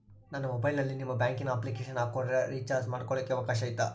ನಾನು ಮೊಬೈಲಿನಲ್ಲಿ ನಿಮ್ಮ ಬ್ಯಾಂಕಿನ ಅಪ್ಲಿಕೇಶನ್ ಹಾಕೊಂಡ್ರೆ ರೇಚಾರ್ಜ್ ಮಾಡ್ಕೊಳಿಕ್ಕೇ ಅವಕಾಶ ಐತಾ?